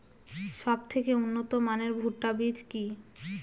সবথেকে উন্নত মানের ভুট্টা বীজ কি?